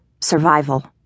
survival